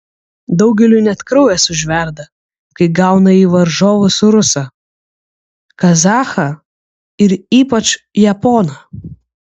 daugeliui net kraujas užverda kai gauna į varžovus rusą kazachą ir ypač japoną